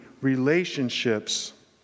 relationships